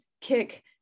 kick